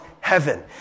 heaven